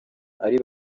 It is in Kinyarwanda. ari